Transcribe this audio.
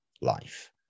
life